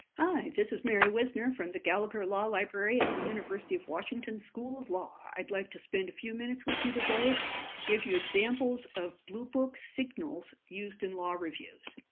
hi! this is mary whisner, from the gallagher law library at the university of washington school of law. i'd like to spend a few minutes with you today to give you examples of bluebook signals used in law reviews.